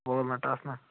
walnut آسنا